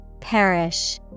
Perish